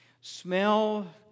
Smell